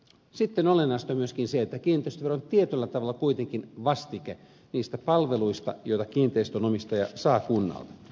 sitten olennaista on myöskin se että kiinteistövero on tietyllä tavalla kuitenkin vastike niistä palveluista joita kiinteistön omistaja saa kunnalta